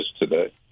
today